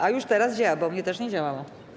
A już teraz działa, bo u mnie też nie działało.